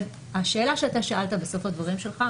השאלה ששאלת בסוף הדברים שלך,